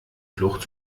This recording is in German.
flucht